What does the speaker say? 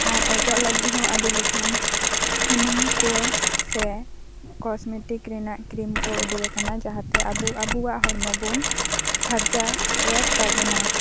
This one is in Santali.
ᱟᱨ ᱚᱡᱚᱜ ᱞᱟᱹᱜᱤᱫ ᱦᱚᱸ ᱟᱹᱰᱤ ᱞᱮᱠᱟᱱ ᱥᱩᱱᱩᱢ ᱠᱚ ᱥᱮ ᱠᱚᱥᱢᱮᱴᱤᱠ ᱨᱮᱱᱟᱜ ᱠᱨᱤᱢ ᱠᱚ ᱩᱰᱩᱠ ᱟᱠᱟᱱᱟ ᱡᱟᱦᱟᱸᱛᱮ ᱟᱵᱚ ᱟᱵᱚᱣᱟᱜ ᱦᱚᱲᱢᱚ ᱵᱚᱱ ᱯᱷᱟᱨᱪᱟ ᱭᱮᱫ ᱛᱟᱵᱚᱱᱟ